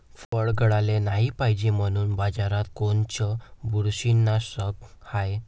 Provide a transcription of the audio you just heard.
फळं गळाले नाही पायजे म्हनून बाजारात कोनचं बुरशीनाशक हाय?